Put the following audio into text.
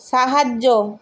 সাহায্য